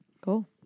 Cool